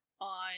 on